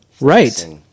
Right